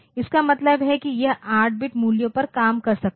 इसका मतलब है कि यह 8 बिट मूल्यों पर काम कर सकता है